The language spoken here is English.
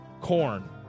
Corn